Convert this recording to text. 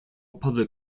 public